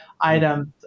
items